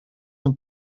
een